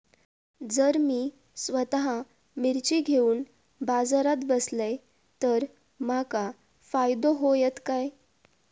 जर मी स्वतः मिर्ची घेवून बाजारात बसलय तर माका फायदो होयत काय?